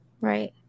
Right